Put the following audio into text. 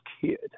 kid